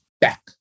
back